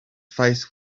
face